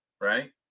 right